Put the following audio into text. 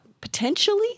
potentially